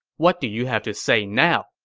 what do you have to say now?